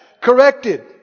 Corrected